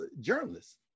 journalists